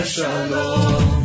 Shalom